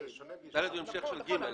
היא בעצם המשך של (ג).